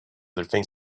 whether